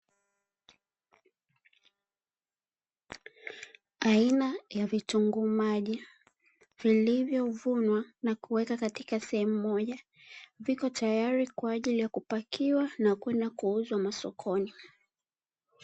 Aina ya vitunguu maji vilivyokusanywa na kuwekwa sehemu moja, vipo tayari kwa ajili kupakiwa na kwenda kuuzwa masokoni.